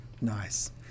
Nice